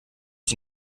die